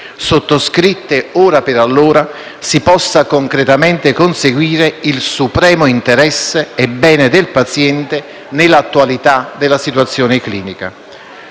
sottoscritte ora per allora, si possa concretamente conseguire il supremo interesse e bene del paziente nell'attualità della situazione clinica.